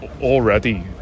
already